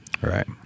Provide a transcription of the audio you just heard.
right